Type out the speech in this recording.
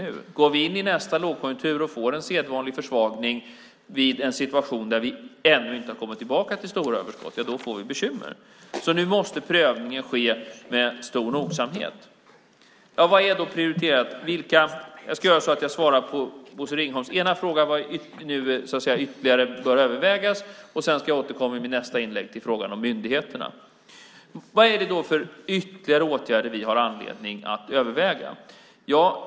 Om vi går in i nästa lågkonjunktur och får en sedvanlig försvagning i en situation när vi ännu inte har kommit tillbaka till stora överskott så får vi bekymmer. Nu måste prövningen alltså ske med stor nogsamhet. Jag ska svara på Bosse Ringholms ena fråga om vad som nu ytterligare bör övervägas. Sedan ska jag återkomma i mitt nästa inlägg till frågan om myndigheterna. Vad är det då för ytterligare åtgärder vi har anledning att överväga?